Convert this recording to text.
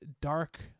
dark